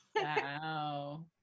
Wow